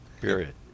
period